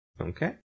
Okay